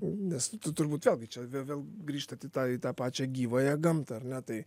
nes tu turbūt vėlgi čia vė vėl grįžtat į tą į tą pačią gyvąją gamtą ar ne tai